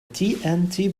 tnt